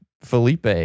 Felipe